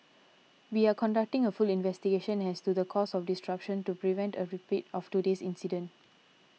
we are conducting a full investigation as to the cause of this disruption to prevent a repeat of today's incident